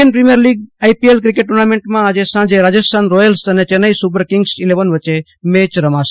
Indian Premier League IPL cricket ટુર્નામેન્ટમાં આજે સાંજે રાજસ્થાન રોથલ્સ અને ચેન્નાઈ સુપર કિંગ્સ ઈલેવન વચ્ચે મેચ રમાશે